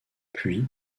puis